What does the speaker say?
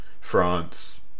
France